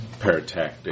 paratactic